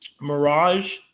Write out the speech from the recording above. Mirage